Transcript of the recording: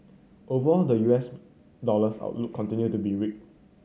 overall the U S dollar's outlook continued to be weak